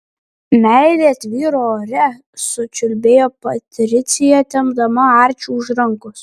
meilė tvyro ore sučiulbėjo patricija tempdama arčį už rankos